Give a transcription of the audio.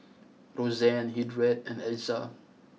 Roxanne Hildred and Alexa